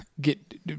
Get